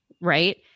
Right